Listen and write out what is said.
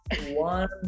One